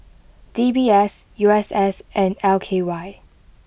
D B S U S S and L K Y